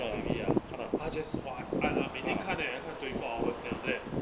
maybe ya 她 just !wah! I 每天看 eh 她 twenty four hours then after that